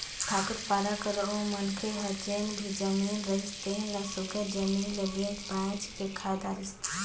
ठाकुर पारा कर ओ मनखे हर जेन भी जमीन रिहिस तेन ल सुग्घर जमीन ल बेंच बाएंच के खाए धारिस